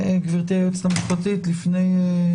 גברתי היועצת המשפטית, לפני סיום?